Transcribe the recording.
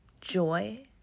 joy